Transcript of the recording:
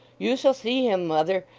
you shall see him, mother,